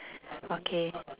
okay